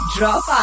Drop